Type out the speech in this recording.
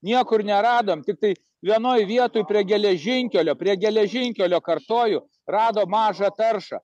niekur neradom tiktai vienoj vietoj prie geležinkelio prie geležinkelio kartoju rado mažą taršą